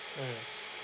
mm